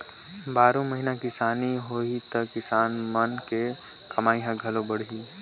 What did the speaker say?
बारो महिना किसानी होही त किसान मन के कमई ह घलो बड़ही